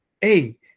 hey